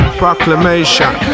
proclamation